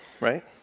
right